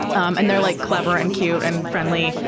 um and they're like clever and cute and friendly,